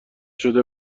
شده